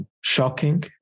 shocking